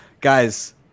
Guys